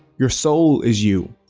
your soul is you,